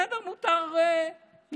בסדר, מותר לטעות.